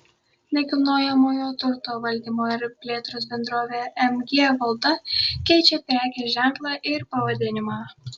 nekilnojamojo turto valdymo ir plėtros bendrovė mg valda keičia prekės ženklą ir pavadinimą